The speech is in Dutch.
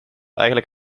eigenlijk